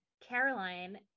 Caroline